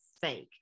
fake